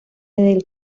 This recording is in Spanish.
del